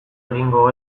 egingo